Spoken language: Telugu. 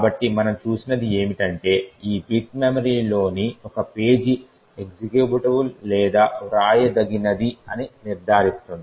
కాబట్టి మనం చూసినది ఏమిటంటే ఈ బిట్ మెమరీలోని ఒక పేజీ ఎక్జిక్యూటబుల్ లేదా వ్రాయదగినది అని నిర్ధారిస్తుంది